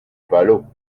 palot